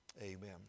Amen